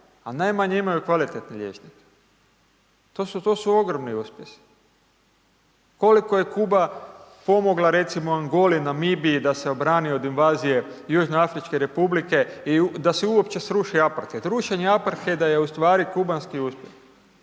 a najmanje imaju kvalitetne liječnike, to su ogromni uspjesi. Koliko je Kuba pomogla, recimo Angoliji, Namibiji da se obrani od invazije Južnoafričke Republike i da se uopće sruši Aparted. Rušenje Aparteda je ustvari kubanski uspjeh.